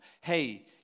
hey